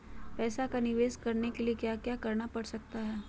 पैसा का निवेस करने के लिए क्या क्या करना पड़ सकता है?